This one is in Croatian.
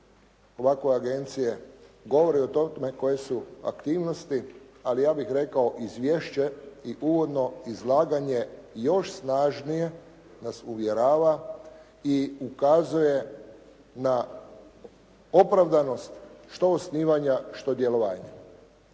ovakve agencije, govori o tome koje su aktivnosti, ali ja bih rekao izvješće i uvodno izlaganje još snažnije nas uvjerava i ukazuje na opravdanost što osnivanja što djelovanja.